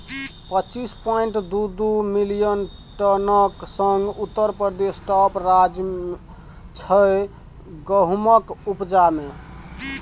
पच्चीस point two two million टनक संग उत्तर प्रदेश टाँप राज्य छै गहुमक उपजा मे